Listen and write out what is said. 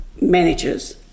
managers